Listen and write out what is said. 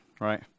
right